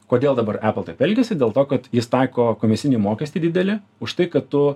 kodėl dabar epul elgiasi dėl to kad jis taiko komisinį mokestį didelį už tai kad tu